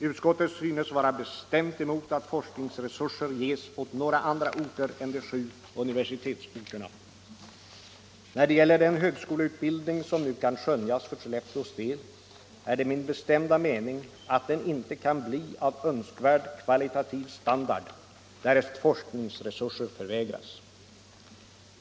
Utskottet synes vara bestämt emot att forskningsresurser ges åt några andra orter än de sju universitetsorterna. När det gäller den högskoleutbildning som nu kan skönjas för Skellefteås del är det min bestämda mening att den inte kan bli av önskvärd kvalitativ standard därest forskningsresurser förvägras.